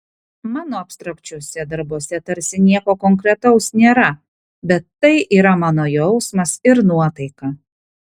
mano abstrakčiuose darbuose tarsi nieko konkretaus nėra bet tai yra mano jausmas ir nuotaika